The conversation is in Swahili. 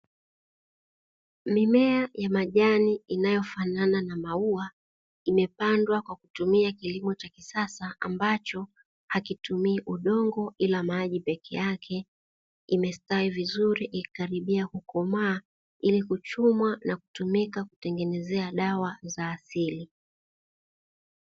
Mimea ya majani inayofanana na maua, imepandwa kwa kutumia kilimo cha kisasa ambacho hakitumii udongo ila maji peke yake, imestawi vizuri ikikaribia kukomaa ili kuchumwa na kutumika kutengenezea dawa za asili.